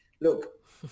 look